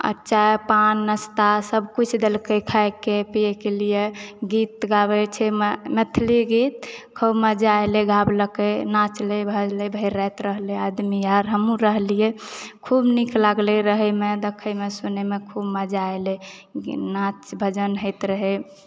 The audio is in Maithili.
अऽ चाय पान नाश्ता सबकिछु देलकै खायके पिए के लियऽ गीत गाबै छै मैथिली गीत खूब मजा एलै गेलकै नाचलै भऽ गलै भोर राति रहलियै आदमी यार हमहु रहलियै खूब नीक लागलै रहै मे देखएमे सुनैएमे खूब मजा अयलै नाचऽ भजन होइत रहै